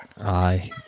Aye